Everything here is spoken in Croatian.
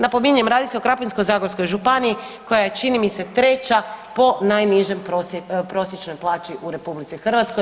Napominjem radi se o Krapinsko-zagorskoj županiji koja je čini mi se treća po najnižoj prosječnoj plaći u RH.